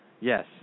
Yes